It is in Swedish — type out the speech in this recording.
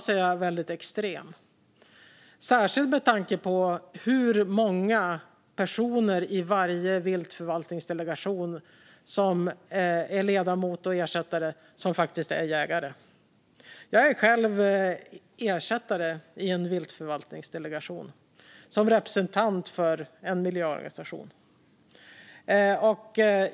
Det gäller särskilt med tanke på hur många personer i varje viltförvaltningsdelegation som är ledamot eller ersättare som är jägare. Jag är själv ersättare i en viltförvaltningsdelegation, som representant för en miljöorganisation.